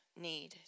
need